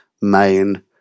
main